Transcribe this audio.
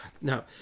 No